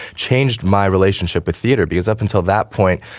changed my relationship with theater, because up until that point,